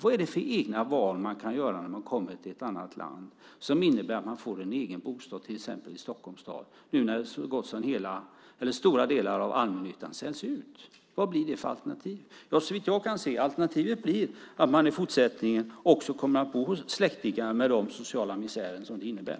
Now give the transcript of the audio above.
Vilka egna val kan man göra när man kommer till ett annat land som innebär att man får en egen bostad till exempel i Stockholms stad? Nu säljs ju stora delar av allmännyttan ut. Vad blir det för alternativ? Såvitt jag kan se blir alternativet att man också i fortsättningen kommer att bo hos släktingar med den sociala misär som det innebär.